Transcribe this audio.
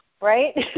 right